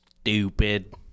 stupid